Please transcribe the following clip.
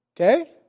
Okay